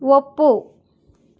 ಒಪ್ಪು